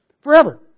forever